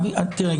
תראה,